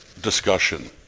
discussion